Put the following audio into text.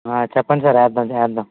చెప్పండి సార్ వేద్దాం వేద్దాం